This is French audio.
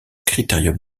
critérium